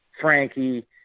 Frankie